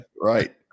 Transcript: Right